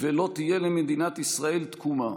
ולא תהיה למדינת ישראל תקומה